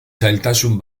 zailtasun